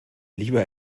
lieber